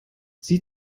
sie